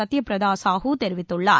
சத்யப்பிரதா சாஹூ தெரிவித்துள்ளார்